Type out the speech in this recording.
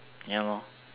ya